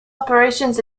operations